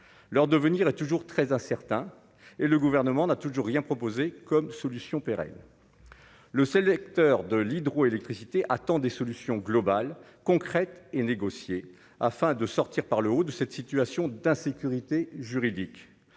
leur devenir et toujours très incertain et le gouvernement n'a toujours rien proposé comme solution pérenne. Le sélecteur de l'hydroélectricité attend des solutions globales concrète et négocier afin de sortir par le haut de cette situation d'insécurité juridique